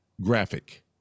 Graphic